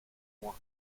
mois